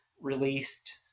released